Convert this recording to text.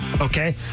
okay